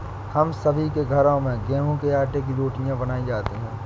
हम सभी के घरों में गेहूं के आटे की रोटियां बनाई जाती हैं